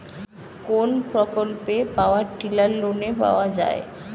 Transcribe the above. কোন প্রকল্পে power tiller লোনে পাওয়া য়ায়?